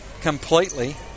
completely